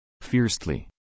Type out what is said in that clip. Fiercely